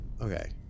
Okay